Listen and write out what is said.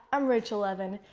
i'm rachel levin,